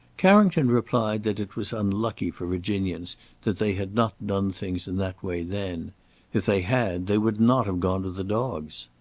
carrington replied that it was unlucky for virginians that they had not done things in that way then if they had, they would not have gone to the dogs.